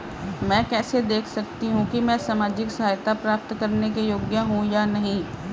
मैं कैसे देख सकती हूँ कि मैं सामाजिक सहायता प्राप्त करने के योग्य हूँ या नहीं?